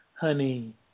honey